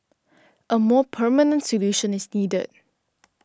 a more permanent solution is needed